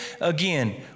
again